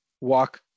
walk